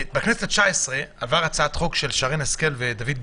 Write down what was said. בכנסת התשע-עשרה עברה הצעת חוק של שרן השכל ודוד ביטן,